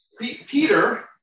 Peter